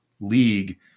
league